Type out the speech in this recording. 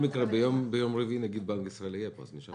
ביום רביעי נגיד בנק ישראל יהיה פה אז נשאל אותו.